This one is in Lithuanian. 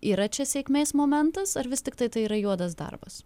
yra čia sėkmės momentas ar vis tiktai tai yra juodas darbas